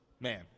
Man